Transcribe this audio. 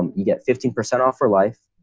um you get fifteen percent off for life,